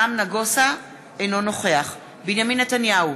אינו נוכח בנימין נתניהו,